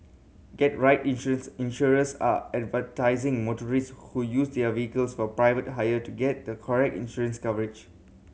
get right insurance insurers are advising motorists who use their vehicles for private hire to get the correct insurance coverage